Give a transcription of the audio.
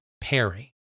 Perry